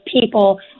people